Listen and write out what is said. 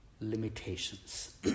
limitations